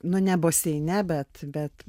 nu ne baseine bet bet